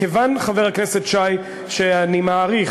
כיוון, חבר הכנסת שי, שאני מעריך